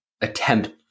attempt